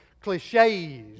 cliches